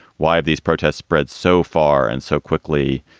why are these protests spread so far and so quickly?